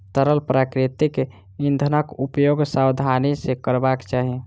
तरल प्राकृतिक इंधनक उपयोग सावधानी सॅ करबाक चाही